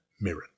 Mirren